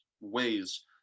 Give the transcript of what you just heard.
ways